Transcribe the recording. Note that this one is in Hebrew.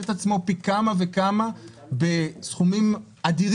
את עצמו פי כמה וכמה בסכומים אדירים.